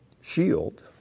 shield